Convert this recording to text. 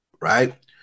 Right